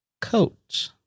coat